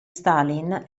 stalin